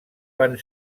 van